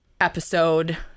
episode